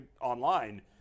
online